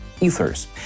Ethers